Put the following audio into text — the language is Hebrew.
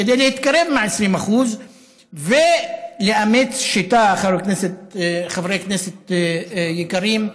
כדי להתקרב ל-20% ולאמץ שיטה, חברי כנסת יקרים,